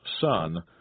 son